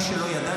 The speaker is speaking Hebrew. מי שלא ידע,